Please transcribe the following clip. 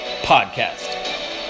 Podcast